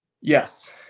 Yes